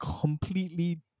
completely